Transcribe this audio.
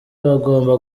bagomba